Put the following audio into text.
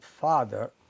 father